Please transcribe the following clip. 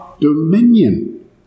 dominion